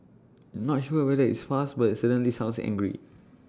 not sure whether it's fast but IT certainly sounds angry